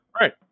right